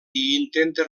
intenta